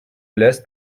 l’est